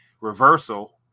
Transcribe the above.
reversal